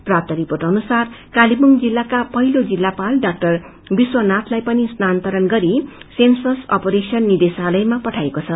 प्राप्त रिपोेट अनुसार कालेबुङ जिल्लका पहिलो जिल्लपाल डाक्अर विश्वनागिलाई पनि स्थानान्तरण गरी सेन्सस अपरेशन निदेशालयमा पठाईएको छ